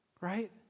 right